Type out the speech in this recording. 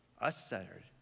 us-centered